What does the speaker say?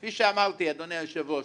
כפי שאמרתי, אדוני היושב-ראש,